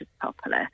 properly